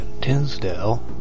Tinsdale